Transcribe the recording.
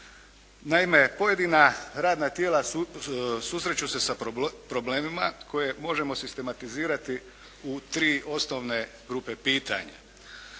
Naime pojedina radna tijela susreću se sa problemima koje možemo sistematizirati u tri osnovne grupe pitanja.